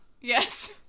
Yes